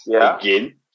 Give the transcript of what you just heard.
again